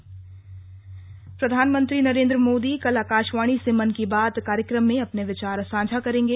मन की बात प्रधानमंत्री नरेन्द्र मोदी कल आकाशवाणी से मन की बात कार्यक्रम में अपने विचार साझा करेंगे